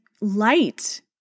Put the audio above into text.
light